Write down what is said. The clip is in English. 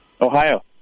Ohio